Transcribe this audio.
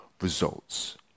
results